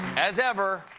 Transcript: as ever,